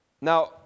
Now